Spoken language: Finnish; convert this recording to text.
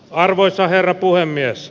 arvoisa herra puhemies